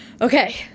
Okay